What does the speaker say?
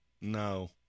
No